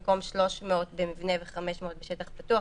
במקום 300 במבנה ו-500 בשטח פתוח,